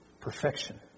perfection